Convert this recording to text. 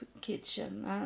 kitchen